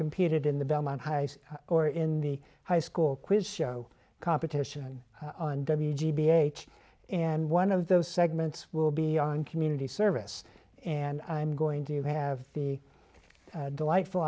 competed in the belmont high or in the high school quiz show competition on g b h and one of those segments will be on community service and i'm going to you have the delightful